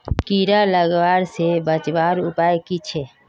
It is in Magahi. कीड़ा लगवा से बचवार उपाय की छे?